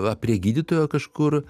va prie gydytojo kažkur